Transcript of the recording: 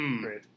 Great